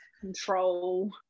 control